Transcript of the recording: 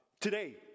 today